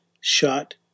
shot